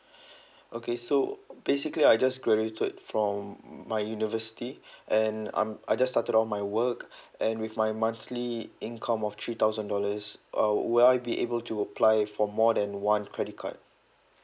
okay so basically I just graduated from my university and I'm I just started on my work and with my monthly income of three thousand dollars uh will I be able to apply for more than one credit card